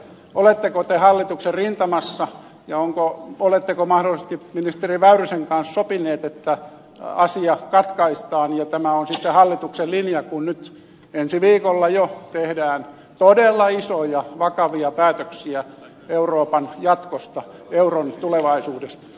oletteko te hallituksen rintamassa ja oletteko mahdollisesti ministeri väyrysen kanssa sopinut että asia katkaistaan ja tämä on sitten hallituksen linja kun nyt ensi viikolla jo tehdään todella isoja vakavia päätöksiä euroopan jatkosta euron tulevaisuudesta